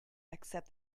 accept